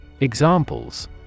Examples